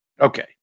Okay